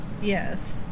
Yes